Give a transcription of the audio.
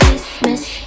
Christmas